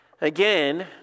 Again